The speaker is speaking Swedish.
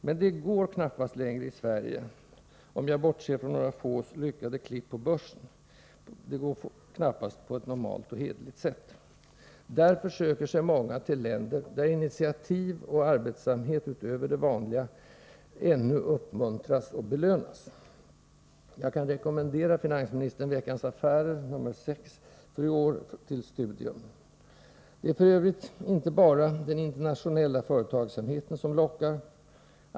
Men det går knappast längre i Sverige, om jag bortser från några fås lyckade ”klipp” på börsen. Det går knappast på ett normalt och hederligt sätt. Därför söker sig många till länder där initiativ och arbetsamhet utöver det vanliga ännu uppmuntras och belönas. Jag kan rekommendera finansministern Veckans Affärer nr 6 för i år till studium. Det är f.ö. inte bara den internationella företagsamheten som lockar.